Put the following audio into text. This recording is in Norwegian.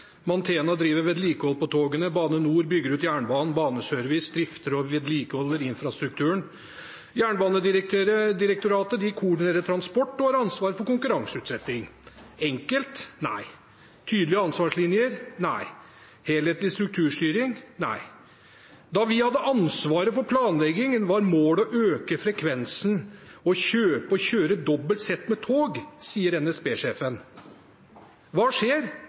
Mantena driver vedlikehold på togene, Bane NOR bygger ut jernbanen, Baneservice drifter og vedlikeholder infrastrukturen, Jernbanedirektoratet koordinerer transport og har ansvar for konkurranseutsetting. Enkelt? Nei. Tydelige ansvarslinjer? Nei. Helhetlig strukturstyring? Nei. Da vi hadde ansvaret for planleggingen, var målet å øke frekvensen og kjøpe og kjøre dobbelt sett med tog, sier NSB-sjefen. Hva skjer?